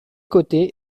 côtés